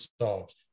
solved